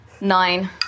Nine